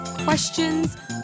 questions